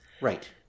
Right